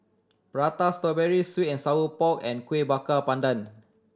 Prata Strawberry sweet and sour pork and Kueh Bakar Pandan